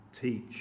teach